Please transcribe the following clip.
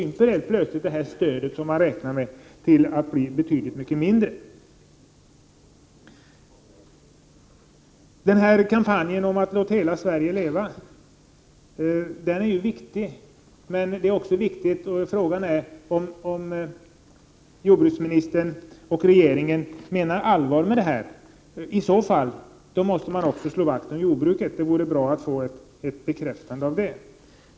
Med detta sätt att se saken krymper det s.k. stödet och blir betydligt mindre. Kampanjen att hela Sverige skall leva är viktig, men frågan är om jordbruksministern och regeringen menar allvar med den. Om det är så måste regeringen också slå vakt om jordbruket. Det vore bra om vi i dag kunde få detta bekräftat.